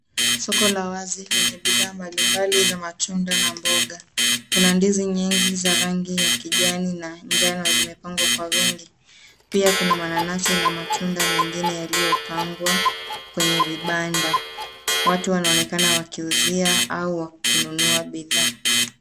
Soko la wazi lenye bidhaa mbali mbali za matunda na mboga. Kuna ndizi nyingi za rangi ya kijani na njano zimepangwa kwa wingi. Pia kuna mananasi na matunda mengine yaliopangwa kwenye vibanda. Watu wanaonekana wakiuzia au wakinunua bidhaa.